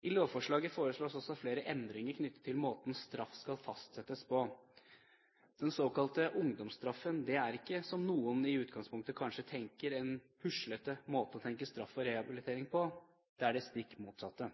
I lovforslaget foreslås også flere endringer knyttet til måten straff skal fastsettes på. Den såkalte ungdomsstraffen er ikke, som noen i utgangspunktet kanskje tenker, en puslete måte å tenke straff og rehabilitering på. Det er det stikk motsatte.